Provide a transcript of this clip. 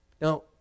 Now